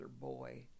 boy